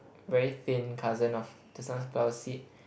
very thin cousin of the sunflower seed